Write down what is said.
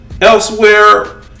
elsewhere